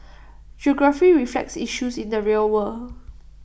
geography reflects issues in the real world